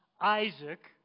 Isaac